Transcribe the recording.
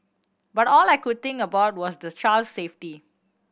but all I could think about was the child's safety